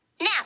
Now